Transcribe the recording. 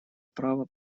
права